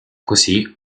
così